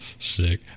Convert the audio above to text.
sick